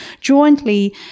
jointly